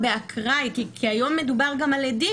באקראי הרי היום מדובר גם על עדים,